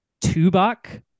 Tubac